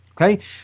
Okay